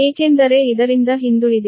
ಏಕೆಂದರೆ ಇದರಿಂದ ಹಿಂದುಳಿದಿದೆ